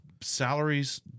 Salaries